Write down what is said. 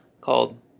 called